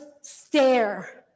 stare